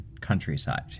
countryside